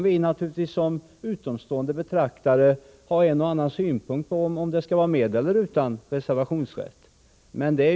Vi kan som utomstående betraktare naturligtvis ha en och annan synpunkt på om avtalet skall vara med eller utan reservationsrätt.